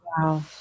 wow